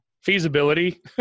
Feasibility